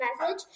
message